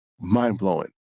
mind-blowing